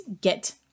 get